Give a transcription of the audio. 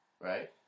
right